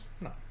No